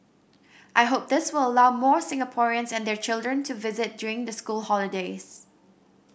I hope this will allow more Singaporeans and their children to visit during the school holidays